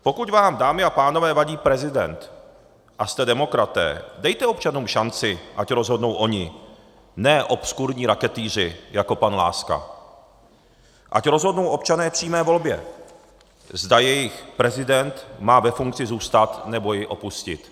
Pokud vám, dámy a pánové, vadí prezident a jste demokraté, dejte občanům šanci, ať rozhodnou oni, ne obskurní raketýři jako pan Láska, ať rozhodnou občané v přímé volbě, zda jejich prezident má ve funkci zůstat, nebo ji opustit.